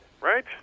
right